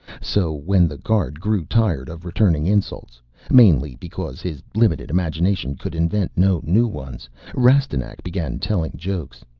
so, when the guard grew tired of returning insults mainly because his limited imagination could invent no new ones rastignac began telling jokes.